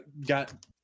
got